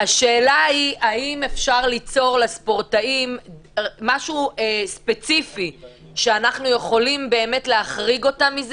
האם אפשר ליצור משהו ספציפי לספורטאים ולהחריג אותם?